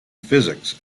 physics